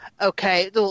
Okay